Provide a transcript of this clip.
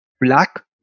black